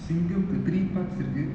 சிங்கம்:singam the three parts இருக்கு:iruku